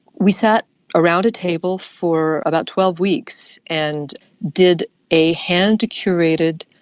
we sat around a table for about twelve weeks and did a hand-curated,